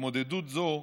התמודדות זו,